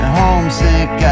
homesick